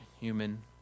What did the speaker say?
human